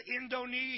Indonesia